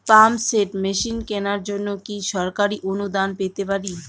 Pump set machine কেনার জন্য কি সরকারি অনুদান পেতে পারি?